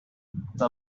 the